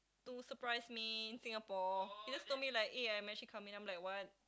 to surprise me in Singapore he just told me like eh I'm actually coming then I'm like what